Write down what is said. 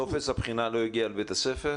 טופס הבחינה לא הגיע אל בית הספר?